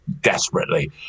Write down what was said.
desperately